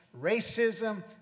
Racism